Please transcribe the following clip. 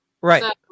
Right